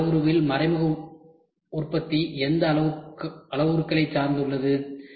இந்த அளவுருவில் மறைமுக உற்பத்தி எந்த அளவுருக்கள் சார்ந்துள்ளது